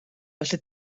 felly